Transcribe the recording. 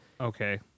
Okay